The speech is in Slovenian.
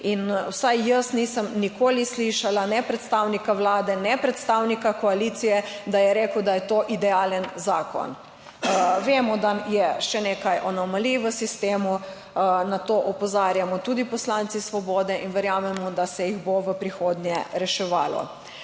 vsaj jaz nisem nikoli slišala ne predstavnika Vlade ne predstavnika koalicije, da je rekel, da je to idealen zakon. Vemo, da je še nekaj anomalij v sistemu, na to opozarjamo tudi poslanci Svobode in verjamemo, da se jih bo v prihodnje reševalo.